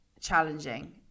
challenging